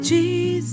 Jesus